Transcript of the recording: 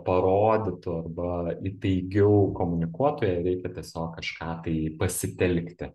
parodytų arba įtaigiau komunikuotų jai reikia tiesiog kažką tai pasitelkti